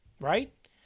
right